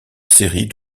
série